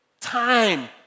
time